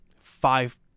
five